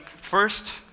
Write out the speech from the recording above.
First